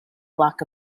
block